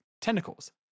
tentacles